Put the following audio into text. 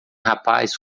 rapaz